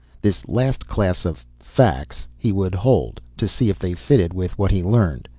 this last class of facts he would hold, to see if they fitted with what he learned.